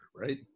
right